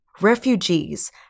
Refugees